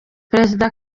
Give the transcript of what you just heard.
perezida